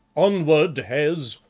onward, hes,